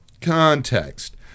Context